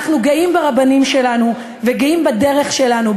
אנחנו גאים ברבנים שלנו וגאים בדרך שלנו,